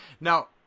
now